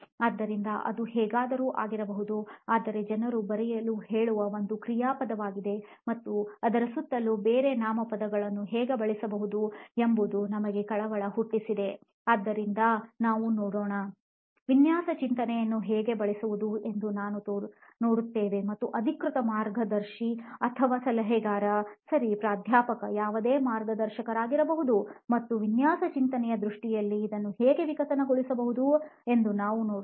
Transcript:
ಆದ್ದರಿಂದ ಅದು ಹೇಗಾದರೂ ಆಗಿರಬಹುದು ಆದರೆ ಜನರು ಬರೆಯಲು ಹೇಳುವುದು ಒಂದು ಕ್ರಿಯಾಪದವಾಗಿದೆ ಮತ್ತು ಅದರ ಸುತ್ತಲೂ ಬೇರೆ ನಾಮಪದಗಳನ್ನು ಹೇಗೆ ಬಳಸಬಹುದು ಎಂಬುದು ನಮಗೆ ಕಳವಳ ಹುಟ್ಟಿಸಿದೆ ಆದ್ದರಿಂದ ನಾವು ನೋಡೋಣ ವಿನ್ಯಾಸ ಚಿಂತನೆಯನ್ನು ಹೇಗೆ ಬಳಸುವುದು ಎಂದು ನಾವು ನೋಡುತ್ತೇವೆ ಮತ್ತು ಅಧಿಕೃತ ಮಾರ್ಗದರ್ಶಿ ಅಥವಾ ಸಲಹೆಗಾರ ಸರಿ ಪ್ರಾಧ್ಯಾಪಕ ಯಾವುದೇ ಮಾರ್ಗದರ್ಶಕರಾಗಿರಬಹುದು ಮತ್ತು ವಿನ್ಯಾಸ ಚಿಂತನೆಯ ದೃಷ್ಟಿಕೋನದಲ್ಲಿ ಇದನ್ನು ಹೇಗೆ ವಿಕಸನಗೊಳಿಸಬಹುದು ಎಂದು ನಾವು ನೋಡೋಣ